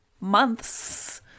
months